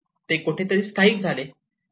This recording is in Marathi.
ते कोठेतरी स्थायिक झाले